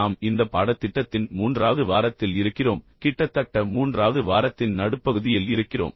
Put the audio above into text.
நாம் இந்த பாடத்திட்டத்தின் மூன்றாவது வாரத்தில் இருக்கிறோம் கிட்டத்தட்ட மூன்றாவது வாரத்தின் நடுப்பகுதியில் இருக்கிறோம்